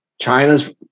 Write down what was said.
China's